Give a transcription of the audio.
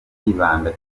yibanda